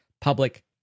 public